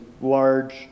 large